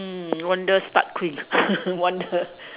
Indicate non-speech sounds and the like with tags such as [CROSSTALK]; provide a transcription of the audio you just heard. mm wonder Stark queen [LAUGHS] wonder